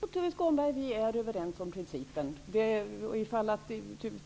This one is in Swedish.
Herr talman! Jo, Tuve Skånberg vi är överens om principen.